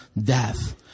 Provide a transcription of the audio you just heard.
death